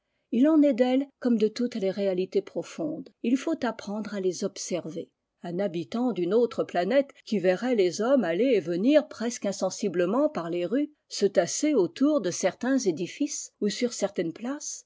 il en est d'elles comme de toutes les réalités profondes il faut apprendre à les observer un habitant d'une autre planète qui verrait les hommes aller et venir presque insensiblement par les rues se tasser autour de certains édifices ou sur certaines places